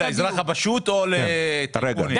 לאזרח הפשוט או לטייקונים?